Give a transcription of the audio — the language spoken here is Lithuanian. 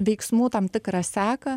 veiksmų tam tikrą seką